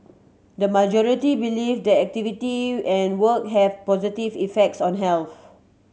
the majority believe that activity and work have positive effects on health